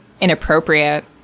inappropriate